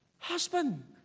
Husband